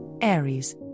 Aries